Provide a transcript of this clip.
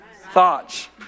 thoughts